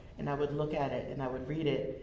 and i would look at it, and i would read it,